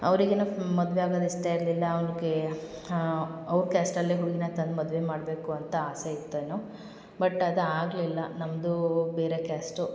ಅವ್ರಿಗೆ ಏನೋ ಮದುವೆ ಆಗೋದು ಇಷ್ಟ ಇರಲಿಲ್ಲ ಅವ್ರಿಗೆ ಅವ್ರ ಕ್ಯಾಸ್ಟಲ್ಲೇ ಹುಡುಗಿನ ತಂದು ಮದುವೆ ಮಾಡಬೇಕು ಅಂತ ಆಸೆ ಇತ್ತೋ ಏನೋ ಬಟ್ ಅದು ಆಗಲಿಲ್ಲ ನಮ್ಮದು ಬೇರೆ ಕ್ಯಾಸ್ಟು